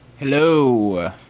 Hello